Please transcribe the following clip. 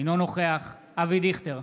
אינו נוכח אבי דיכטר,